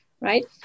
right